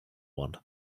one